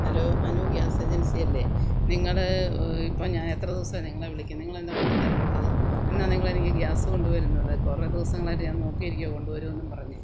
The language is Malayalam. ഹലോ അനൂ ഗ്യാസ് ഏജൻസിയല്ലേ നിങ്ങൾ ഇപ്പം ഞാൻ എത്ര ദിവസമായി നിങ്ങളെ വിളിക്കുന്നത് നിങ്ങളെന്താണ് കൊണ്ടു തരാത്തത് എന്നാണ് നിങ്ങളെനിക്ക് ഗ്യാസ് കൊണ്ടു വരുന്നത് കുറെ ദിവസങ്ങളായിട്ട് ഞാൻ നോക്കിയിരിക്കുവാ കൊണ്ടുവരുമെന്നു പറഞ്ഞ്